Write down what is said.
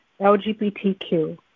LGBTQ